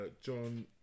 John